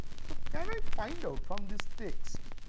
so can i find out from this text,